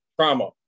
Trauma